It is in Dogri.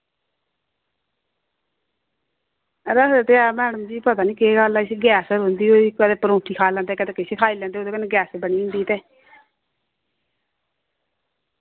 रक्खदे ते ऐ मैडम जी पता नी केह् गल्ल ऐ इस्सी गैस गै रोह्नदी होई कदै परोंठी खाई लैंदे कदे किश खाई लैंदे उ'दे कन्नै गैस बनी जन्दी ते